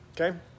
Okay